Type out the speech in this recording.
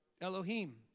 Elohim